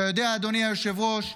אתה יודע, אדוני היושב-ראש,